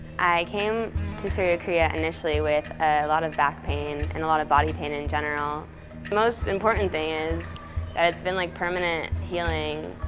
i came to surya kriya initially with a lot of back pain and a lot of body pain in general. the most important thing is that it's been like permanent healing.